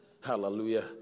Hallelujah